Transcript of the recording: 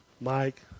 Mike